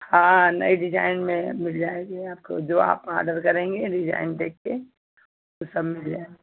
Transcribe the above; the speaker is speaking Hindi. हाँ नई डिजाइन में मिल जाएँगे आपको जो आप आडर करेंगे डिजाइन देखकर वह सब मिल जाए